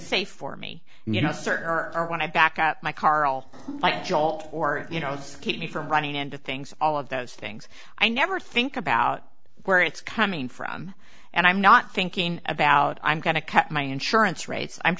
safe for me and you know certain are when i back up my car i'll buy a jolt or you know keep me from running into things all of those things i never think about where it's coming from and i'm not thinking about i'm going to cut my insurance rates i'm